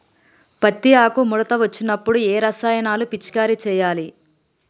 పత్తి ఆకు ముడత వచ్చినప్పుడు ఏ రసాయనాలు పిచికారీ చేయాలి?